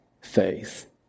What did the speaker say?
faith